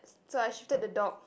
so I shifted the dog